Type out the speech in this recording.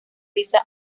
risa